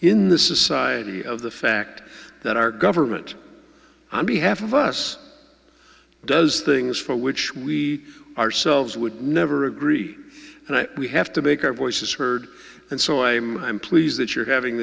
in the society of the fact that our government and behalf of us does things for which we ourselves would never agree and we have to make our voices heard and so i'm i'm pleased that you're having